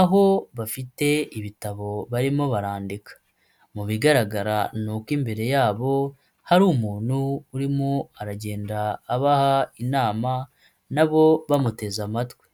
aho bafite ibitabo barimo barandika, mu bigaragara nuko imbere yabo hari umuntu urimo aragenda abaha inama, nabo bamuteze amatwi.